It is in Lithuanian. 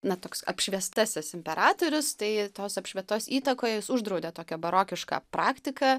na toks apšviestasis imperatorius tai tos apšvietos įtakoj jis uždraudė tokią barokišką praktiką